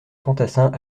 fantassins